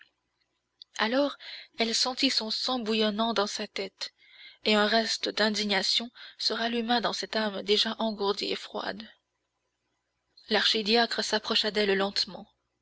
alors elle sentit son sang bouillonner dans sa tête et un reste d'indignation se ralluma dans cette âme déjà engourdie et froide l'archidiacre s'approcha d'elle lentement